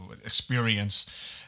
experience